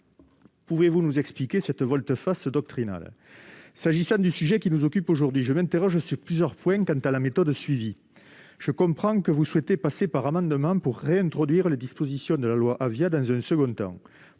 Pouvez-vous nous expliquer cette volte-face doctrinale ? S'agissant du sujet qui nous occupe aujourd'hui, je m'interroge sur plusieurs points quant à la méthode suivie. Je comprends que vous souhaitez réintroduire, par amendements, les dispositions de la loi Avia dans un second temps.